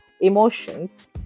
emotions